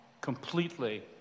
completely